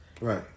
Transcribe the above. right